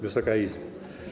Wysoka Izbo!